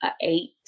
eight